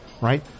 Right